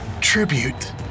tribute